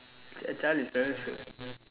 ch~ child in primary school